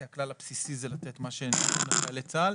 כי הכלל הבסיסי זה לתת מה שניתן לחיילי צה"ל.